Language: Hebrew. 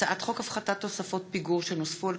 הצעת חוק הפחתת תוספות פיגור שנוספו על